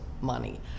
money